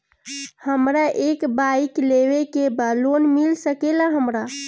हमरा एक बाइक लेवे के बा लोन मिल सकेला हमरा?